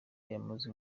yamaze